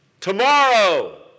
tomorrow